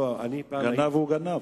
גנב הוא גנב.